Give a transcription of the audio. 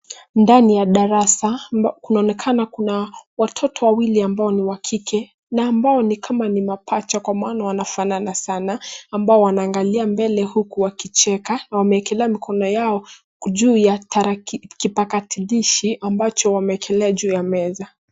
Ndani ya darasa kunaonekana kuna watoto wawili ambao ni wa kike na ambao ni kama ni mapacha kwa maana wanafanana sana ambao wanaangalia mbele uku wakicheka na wameekelea mikono yao juu ya kipakatalishi ambacho wameekelea juu ya meza.